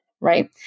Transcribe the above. right